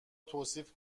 توصیف